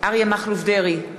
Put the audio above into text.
אריה מכלוף דרעי,